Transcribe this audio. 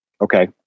okay